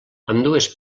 ambdues